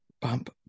Bump